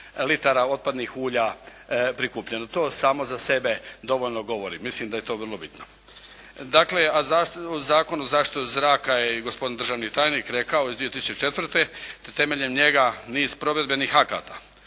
litara otpadnih ulja prikupljeno. To samo za sebe dovoljno govori, mislim da je to vrlo bitno. Dakle, a Zakon o zaštiti zraka je i gospodin državni tajnik rekao iz 2004. da temeljem njega niz provedbenih akata,